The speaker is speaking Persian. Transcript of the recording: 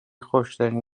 خشکترین